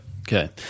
Okay